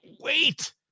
wait